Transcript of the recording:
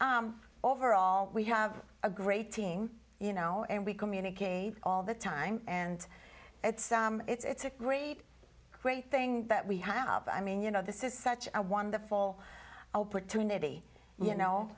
but overall we have a great team you know and we communicate all the time and it's it's a great great thing that we have i mean you know this is such a wonderful opportunity you know